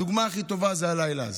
הדוגמה הכי טובה זה הלילה הזה.